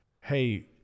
hey